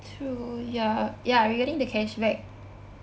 true ya yeah regarding the cashback